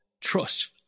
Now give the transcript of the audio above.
trust